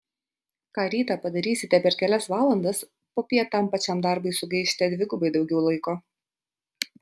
ką rytą padarysite per kelias valandas popiet tam pačiam darbui sugaišite dvigubai daugiau laiko